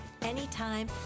anytime